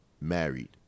married